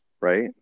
right